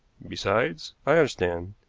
besides i understand.